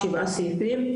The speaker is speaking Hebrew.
או שבעה סעיפים,